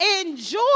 Enjoy